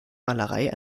malerei